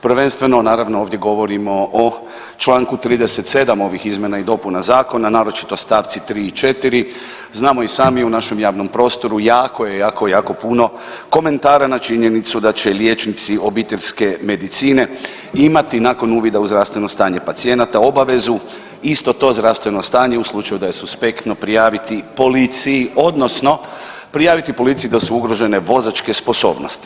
Prvenstveno naravno, ovdje govorimo o čl. 37 ovih izmjena i dopuna Zakona, naročito st. 3 i 4. Znamo i sami u našem javnom prostoru, jako je, jako, jako puno komentara na činjenicu da će liječnici obiteljske medicine imati nakon uvida u zdravstveno stanje pacijenata obavezu isto to zdravstveno stanje u slučaju da je suspektno, prijaviti policiji, odnosno prijaviti policiji da su ugrožene vozačke sposobnosti.